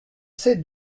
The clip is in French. sais